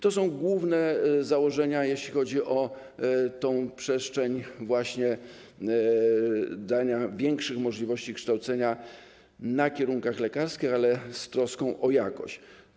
To są główne założenia, jeśli chodzi o tę przestrzeń właśnie dania większych możliwości kształcenia na kierunkach lekarskich, ale z troską o jakość.